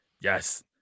yes